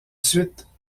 suite